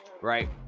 Right